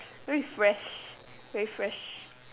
very fresh very fresh